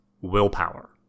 willpower